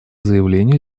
заявлению